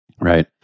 right